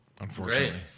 Unfortunately